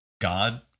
God